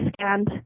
scanned